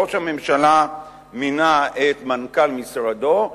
ראש הממשלה מינה את מנכ"ל משרדו,